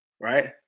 Right